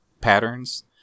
patterns